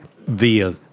via